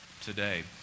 today